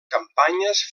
campanyes